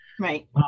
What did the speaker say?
Right